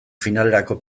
finalerako